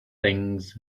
things